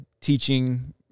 teaching